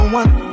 one